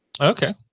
Okay